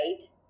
right